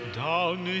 down